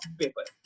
paper